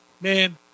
man